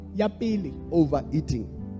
overeating